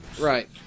Right